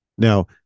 Now